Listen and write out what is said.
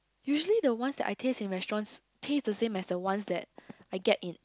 usually the ones that I taste in restaurants taste the same as the ones that I get in